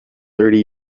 thirty